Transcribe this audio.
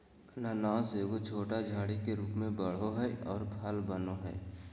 अनानास एगो छोटा झाड़ी के रूप में बढ़ो हइ और फल बनो हइ